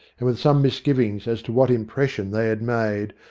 and with some misgiving as to what impression they had made,